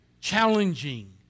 challenging